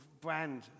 brand